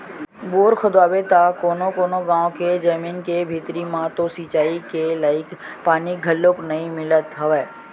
bore खोदवाबे त कोनो कोनो गाँव के जमीन के भीतरी म तो सिचई के लईक पानी घलोक नइ मिलत हवय